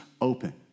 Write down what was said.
open